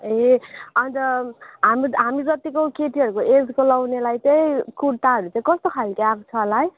ए आज हामी हामी जतिको केटीहरूको एजको लाउनेलाई चाहिँ कुर्ताहरू चाहिँ कस्तो खालको आएको छ होला है